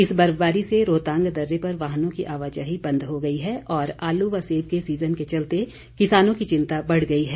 इस बर्फबारी से रोहतांग दर्रे पर वाहनों की आवाजाही बंद हो गई है और आलू व सेब के सीजन के चलते किसानों की चिंता बढ़ गई है